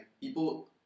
people